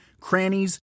crannies